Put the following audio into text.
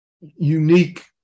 unique